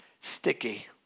Sticky